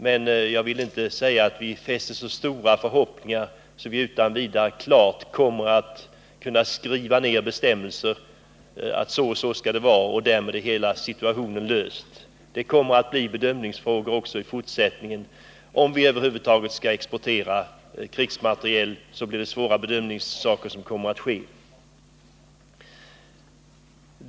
Men jag vill inte säga att vi hade så stora förhoppningar att vi utan vidare klart kommer att kunna skriva ned bestämmelser om att så och så skall det vara så är alla problem lösta. Om vi över huvud taget skall exportera krigsmateriel, kommer det att finnas bedömningsproblem även i fortsättningen.